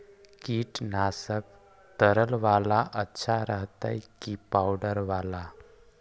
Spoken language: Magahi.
कीटनाशक तरल बाला अच्छा रहतै कि पाउडर बाला?